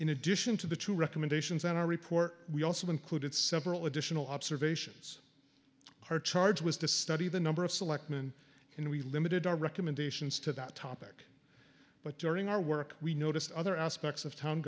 in addition to the two recommendations on our report we also included several additional observations our charge was to study the number of selectmen and we limited our recommendations to that topic but during our work we noticed other aspects of town